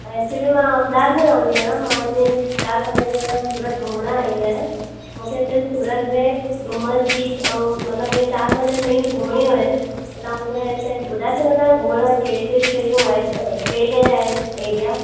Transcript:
actually मां अहमदाबाद में रहंदी आहियां मां हिते चारि पंज ॾींहं लाइ सूरत घुमणु आई आहियां मूंखे हिते सूरत में डुमस बीच ऐं मतलबु ईअं चारि पंज शयूं घुमणियूं आहिनि त तव्हां मूंखे हिते ॿुधाए सघंदा आहियो हिते कहिड़ी कहिड़ी शयूं आहिनि कहिड़े कहिड़े आहिनि एरिआ